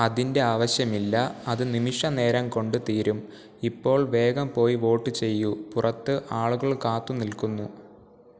അതിന്റെ ആവശ്യമില്ല അത് നിമിഷനേരം കൊണ്ട് തീരും ഇപ്പോൾ വേഗം പോയി വോട്ട് ചെയ്യൂ പുറത്ത് ആളുകൾ കാത്ത് നിൽക്കുന്നു